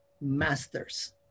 masters